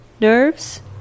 nerves